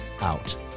out